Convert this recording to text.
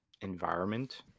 environment